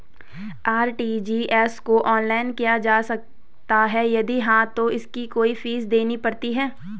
RTGS को online किया जा सकता है यदि हाँ तो इसकी कोई फीस देनी पड़ती है?